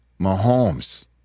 Mahomes